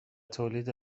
تولید